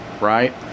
right